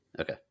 Okay